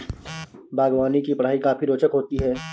बागवानी की पढ़ाई काफी रोचक होती है